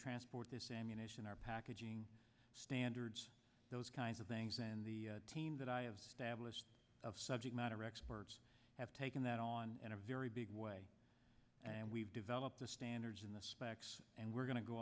transport this ammunition our packaging standards those kinds of things and the team that i have stablished of subject matter experts have taken that on in a very big way and we've developed the standards in the specs and we're going to go